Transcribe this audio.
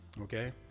okay